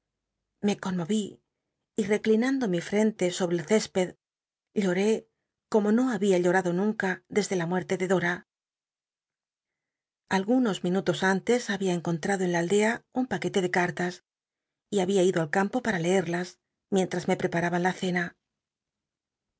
me conmol'i y reclinando mi fren te sobre el césped lloré como no había llorado nunca desde la muerte de dora algunos minutos an tes había encontrado en la aldea un paquete ele ca rlas y había ido al campo para leerlas mientras me lll'eparaban la